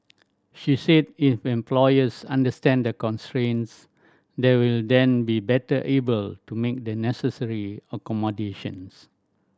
she said if employers understand the constraints they will then be better able to make the necessary accommodations